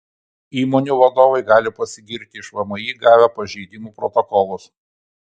įmonių vadovai gali pasigirti iš vmi gavę pažeidimų protokolus